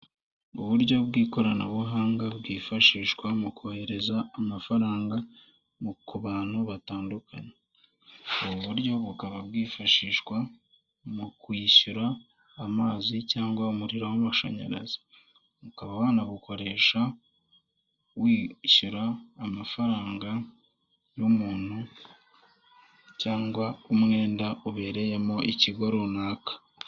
Uburyo bw'ikoranabuhanga bwifashishwa mu kohereza amafaranga ku bantu batandukanye ubu buryo bukaba bwifashishwa mu kwishyura amazi cyangwa umuriro w'amashanyarazi ukaba wanabukoresha wishyura amafaranga y'umuntu cyangwa umwenda ubereyemo ikigo runaka.